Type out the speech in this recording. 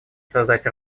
создать